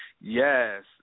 Yes